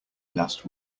last